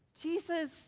Jesus